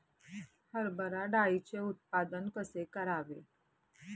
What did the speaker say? हरभरा डाळीचे उत्पादन कसे करावे?